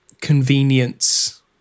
convenience